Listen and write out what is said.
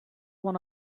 one